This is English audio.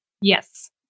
Yes